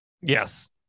Yes